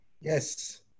Yes